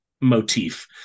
motif